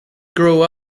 grow